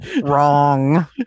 Wrong